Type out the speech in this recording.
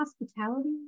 hospitality